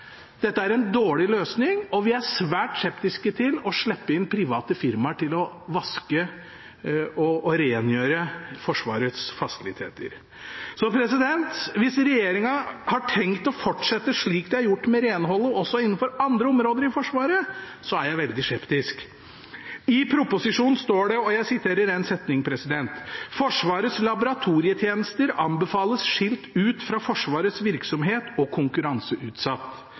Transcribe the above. dette er en dårlig løsning, og vi er svært skeptiske til å slippe inn private firmaer for å vaske og rengjøre Forsvarets fasiliteter. Hvis regjeringen har tenkt å fortsette slik de har gjort med renholdet også innenfor andre områder av Forsvaret, er jeg veldig skeptisk. I proposisjonen står det – jeg siterer en setning: «Forsvarets laboratorietjenester anbefales skilt ut fra Forsvarets virksomhet og konkurranseutsatt».